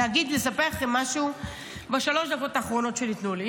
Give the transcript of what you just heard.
לספר לכם משהו בשלוש הדקות האחרונות שניתנו לי.